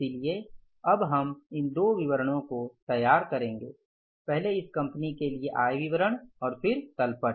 इसलिए अब हम इन दो विवरणों को तैयार करेंगे पहले इस कंपनी के लिए आय विवरण और फिर तल पट